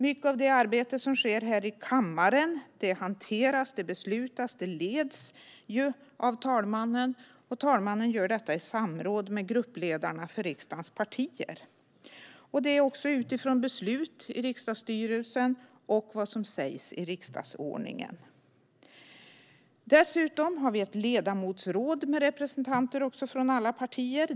Mycket av det arbete som sker här i kammaren hanteras, beslutas och leds av talmannen i samråd med gruppledarna för riksdagens partier, utifrån beslut i riksdagsstyrelsen och vad som sägs i riksdagsordningen. Vi har dessutom ett ledamotsråd med representanter för alla partier.